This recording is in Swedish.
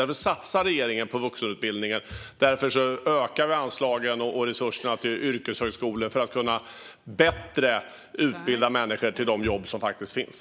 Därför satsar regeringen på vuxenutbildningen. Vi ökar anslagen till och resurserna för yrkeshögskolor för att de bättre ska kunna utbilda människor till de jobb som faktiskt finns.